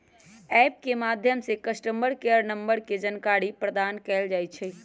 app के माध्यम से कस्टमर केयर नंबर के जानकारी प्रदान कएल जाइ छइ